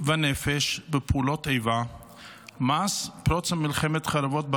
ונפש בפעולות איבה מאז פרוץ מלחמת חרבות ברזל,